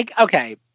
Okay